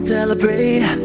Celebrate